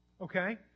Okay